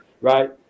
right